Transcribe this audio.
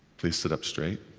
please sit up straight.